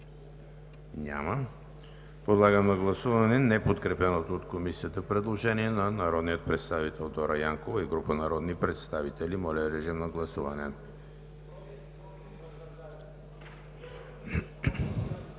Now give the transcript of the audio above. Подлагам на гласуване неподкрепеното от Комисията предложение на народния представител Дора Янкова и група народни представители. Гласували